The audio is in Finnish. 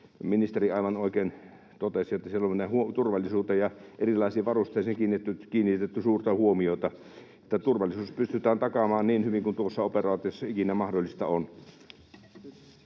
ministeri aivan oikein totesi, että siellä on turvallisuuteen ja erilaisiin varusteisiin kiinnitetty suurta huomiota, että turvallisuus pystytään takaamaan niin hyvin kuin tuossa operaatiossa ikinä mahdollista on.